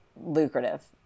lucrative